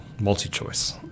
multi-choice